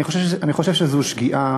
אני חושב שזאת שגיאה